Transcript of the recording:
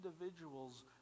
individuals